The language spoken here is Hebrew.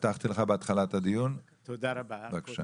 הבטחתי לך בהתחלת הדיון, בבקשה.